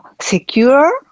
secure